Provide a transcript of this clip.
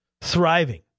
thriving